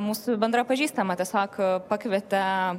mūsų bendra pažįstama tesako pakvietė